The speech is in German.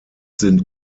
sind